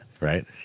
right